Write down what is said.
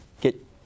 get